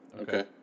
Okay